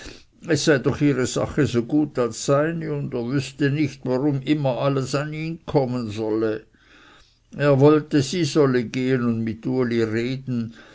es sei doch ihre sache so gut als seine und er wüßte nicht warum immer alles an ihn kommen solle er wollte sie solle gehen und mit uli reden